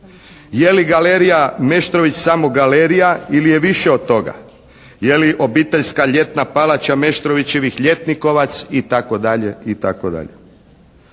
Je li Galerija Meštrović samo galerija ili je više od toga? Je li obiteljska ljetna palača Meštrovićevih ljetnikovac itd.